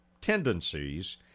tendencies